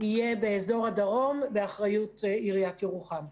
יהיה באזור הדרום באחריות עיריית ירוחם.